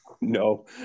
No